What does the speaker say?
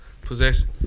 possession